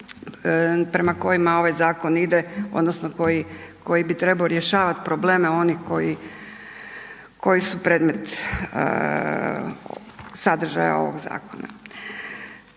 prema kojima ovaj zakon ide odnosno koji bi trebao rješavati probleme onih koji, koji su predmet sadržaja ovog zakona.